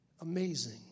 Amazing